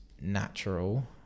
natural